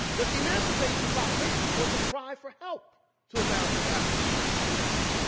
that the emancipation proclamation was a cry for help to america's african-descent population.